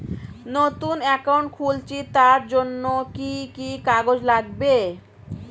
নতুন অ্যাকাউন্ট খুলছি তার জন্য কি কি কাগজ লাগবে?